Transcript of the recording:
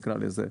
נקרא לזה,